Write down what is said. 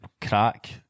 crack